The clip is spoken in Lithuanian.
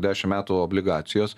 dešim metų obligacijos